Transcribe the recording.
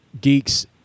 geeks